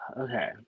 Okay